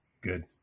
Good